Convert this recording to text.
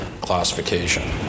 classification